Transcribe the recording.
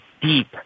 deep